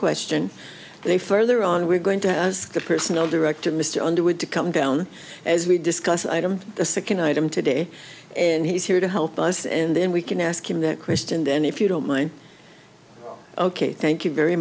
question they further on we're going to ask the personnel director mr underwood to come down as we discuss item the second item today and he's here to help us and then we can ask him that question then if you don't mind ok thank you very